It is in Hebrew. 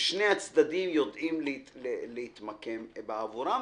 ששני הצדדים יודעים להתמקם בעבורם,